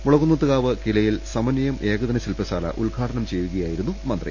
മുളക്കുന്നത്ത്കാവ് കിലയിൽ സമന്വയം ഏകദിന ശിൽപശാല ഉദ്ഘാടനം ചെയ്യുക യായിരുന്നു മന്ത്രി